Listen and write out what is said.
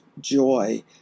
joy